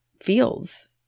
feels